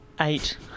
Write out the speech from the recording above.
eight